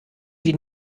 die